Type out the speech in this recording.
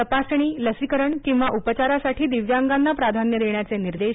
तपासणीलसीकरण किंवा उपचारासाठी दिव्यांगांना प्राधान्य देण्याचे निर्देश